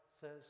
says